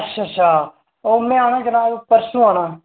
अच्छा अच्छा ओह् में औना जनाब परसूं औना